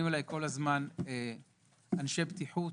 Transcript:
ואנשי בטיחות